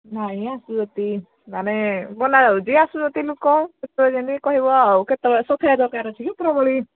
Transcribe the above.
ନାଇଁ ଆସୁଛି ମାନେ ବୋଲା ହେଉଛି ଆସୁଛନ୍ତି ଲୋକ କେତେବେଳେ ଯେମିତି କହିବ ଆଉ କେତେବେଳେ ଦରକାର ଅଛି କି ଉପରବେଳି